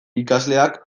ikasleak